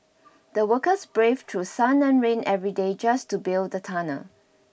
the workers braved through sun and rain every day just to build the tunnel